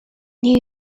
new